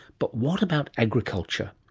but what about agriculture?